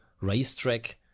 racetrack